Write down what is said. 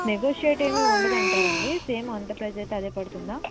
negotiate ఏం ఉండదంటారండి same అంత ప్రైజ్ అయితే అదే పడుతుందా